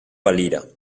valira